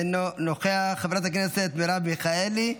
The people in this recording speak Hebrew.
אינו נוכח, חברת הכנסת מרב מיכאלי,